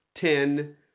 ten